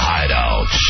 Hideout